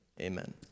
Amen